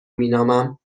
مینامم